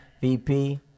VP